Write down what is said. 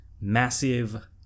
massive